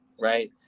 right